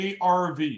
ARV